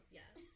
yes